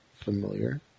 familiar